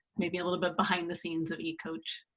maybe a little bit behind the scenes of yeah ecoach?